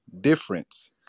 difference